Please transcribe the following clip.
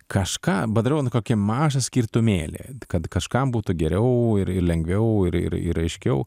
kažką padariau kokį mažą skirtumėlį kad kažkam būtų geriau ir ir lengviau ir ir ir aiškiau